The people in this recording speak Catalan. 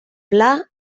pla